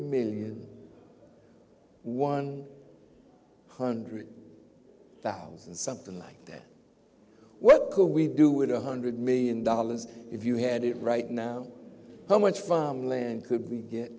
million one hundred thousand something like that what could we do with one hundred million dollars if you had it right now how much from land could be